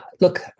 look